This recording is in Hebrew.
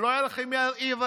שלא יהיו לכם אי-הבנות.